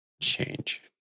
change